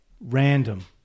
random